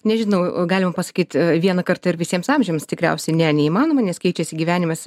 nežinau galima pasakyt vieną kartą ir visiems amžiams tikriausiai ne neįmanoma nes keičiasi gyvenimas